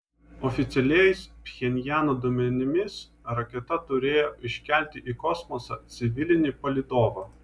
oficialiais pchenjano duomenimis raketa turėjo iškelti į kosmosą civilinį palydovą